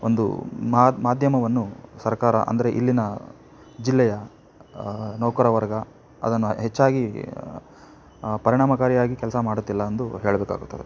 ಒಂದು ಮಾಧ್ಯಮವನ್ನು ಸರ್ಕಾರ ಅಂದರೆ ಇಲ್ಲಿಯ ಜಿಲ್ಲೆಯ ನೌಕರ ವರ್ಗ ಅದನ್ನು ಹೆಚ್ಚಾಗಿ ಪರಿಣಾಮಕಾರಿಯಾಗಿ ಕೆಲಸ ಮಾಡುತ್ತಿಲ್ಲ ಎಂದು ಹೇಳಬೇಕಾಗುತ್ತದೆ